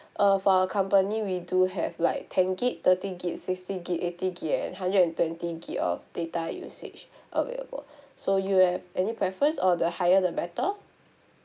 uh for our company we do have like ten gig thirty gig sixty gig eighty gig and hundred and twenty gig of data usage available so you have any preference or the higher the better